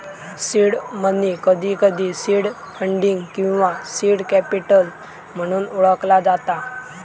seed money, कधीकधी seed funding किंवा seed capital म्हणून ओळखला जाता